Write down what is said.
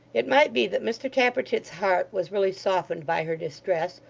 it might be that mr tappertit's heart was really softened by her distress,